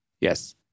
Yes